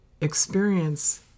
experience